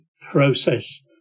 process